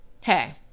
hey